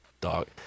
dog